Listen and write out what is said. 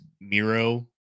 Miro